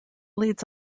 leads